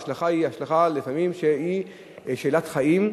ההשלכה היא השלכה שלפעמים היא שאלת חיים.